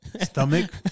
stomach